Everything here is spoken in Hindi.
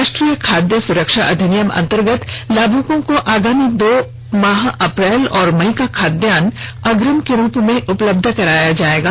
राष्ट्रीय खाद्य सुरक्षा अधिनियम अंतर्गत लाभुकों को आगामी दो माह अप्रैल और मई का खाद्यान्न अग्रिम के रूप में उपलब्ध कराया जाएगा